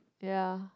ya